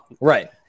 Right